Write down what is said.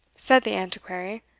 said the antiquary.